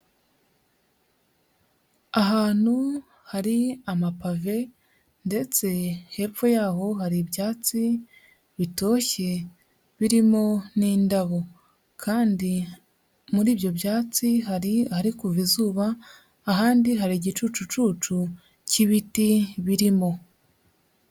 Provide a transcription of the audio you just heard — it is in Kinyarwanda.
Ahantu hari amapave ndetse hepfo y'aho hari ibyatsi bitoshye birimo n'indabo kandi muri ibyo byatsi hari ahari kuva izuba, ahandi hari igicucucu cy'ibiti birimo.